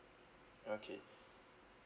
okay